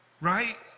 Right